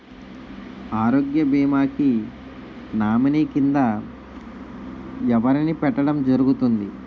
ఆరోగ్య భీమా కి నామినీ కిందా ఎవరిని పెట్టడం జరుగతుంది?